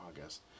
August